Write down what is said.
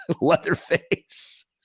Leatherface